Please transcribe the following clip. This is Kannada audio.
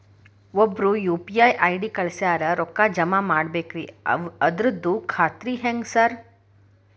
ಒಬ್ರು ಯು.ಪಿ.ಐ ಐ.ಡಿ ಕಳ್ಸ್ಯಾರ ರೊಕ್ಕಾ ಜಮಾ ಮಾಡ್ಬೇಕ್ರಿ ಅದ್ರದು ಖಾತ್ರಿ ಹೆಂಗ್ರಿ ಸಾರ್?